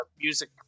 music